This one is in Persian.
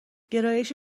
گرایش